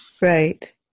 Right